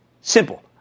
Simple